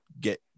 get